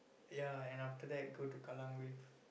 ya and after that go to Kallang-Wave